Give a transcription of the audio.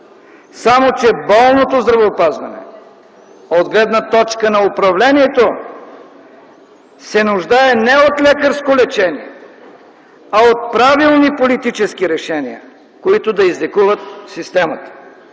Само че болното здравеопазване, от гледна точка на управлението, се нуждае не от лекарско лечение, а от правилни политически решения, които да излекуват системата.